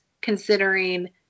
considering